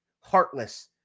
heartless